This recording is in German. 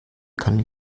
kann